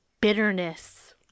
bitterness